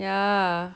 ya